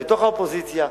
מתוך האופוזיציה,